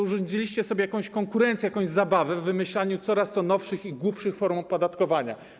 Urządziliście tu sobie jakąś konkurencję, jakąś zabawę w wymyślaniu coraz to nowszych i głupszych form opodatkowania.